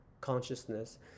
consciousness